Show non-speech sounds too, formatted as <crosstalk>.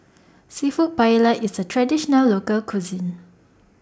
<noise> Seafood Paella IS A Traditional Local Cuisine